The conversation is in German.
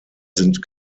sind